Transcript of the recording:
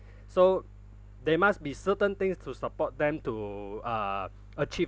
so there must be certain things to support them to uh achieve